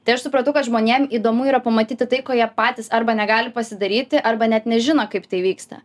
tai aš supratau kad žmonėm įdomu yra pamatyti tai ko jie patys arba negali pasidaryti arba net nežino kaip tai vyksta